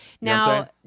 Now